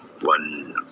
one